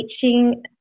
teaching